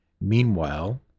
Meanwhile